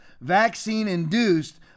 vaccine-induced